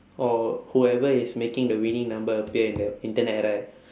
or whoever is making the winning number appear in the internet right